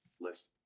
list